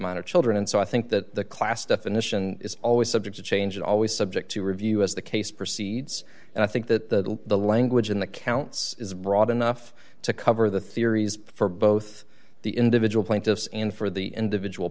minor children and so i think that the class definition is always subject to change always subject to review as the case proceeds and i think that the language in the counts is broad enough to cover the theories for both the individual plaintiffs and for the individual